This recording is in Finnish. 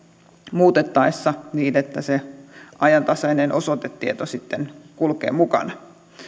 muutettaessa niin että ajantasainen osoitetieto kulkee mukana